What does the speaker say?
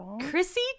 Chrissy